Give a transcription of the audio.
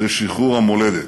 לשחרור המולדת.